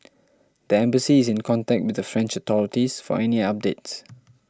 the embassy is in contact with the French authorities for any updates